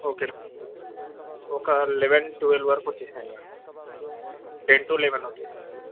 ఓకేనా ఒక eleven twelve వరకు వచ్చేసేయండి మేడం టెన్ టు లెవెన్ వచ్చేసేయండి